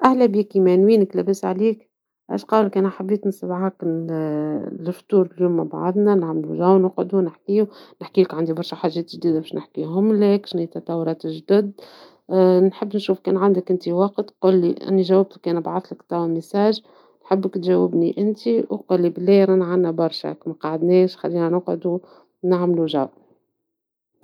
سلام يا صديقي! نحب نقلك نحب نتغدوا مع بعض اليوم. شنو رأيك في الساعة الثانية؟ نجم نتقابل في المطعم المفضل متاعنا، ونستمتع بوجبة لذيذة. نحب نسمع أخبارك ونشارك بعض القصص. استنى في ردك، ونتمنى نكونوا مع بعض.